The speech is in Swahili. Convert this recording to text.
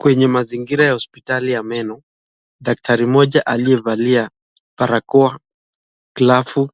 Kwenye mazingira ya hosiptali ya meno, daktari mmoja aliyevalia barakoa, glavu